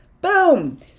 Boom